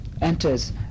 enters